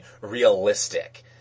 realistic